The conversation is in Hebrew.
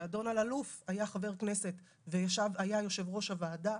כשאדון אלאלוף היה חבר כנסת והיה יושב ראש הוועדה,